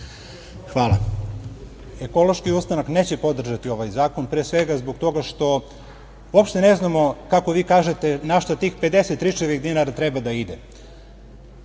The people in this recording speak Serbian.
Jonić** Ekološki ustanak neće podržati ovaj zakon, pre svega što uopšte ne znamo kako vi kažete na šta tih 50 tričavih dinara treba da ide. Samo